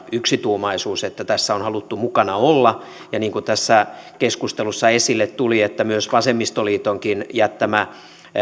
yksituumaisuus että tässä on haluttu mukana olla ja niin kuin tässä keskustelussa esille tuli myös vasemmistoliitonkin jättämä